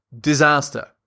Disaster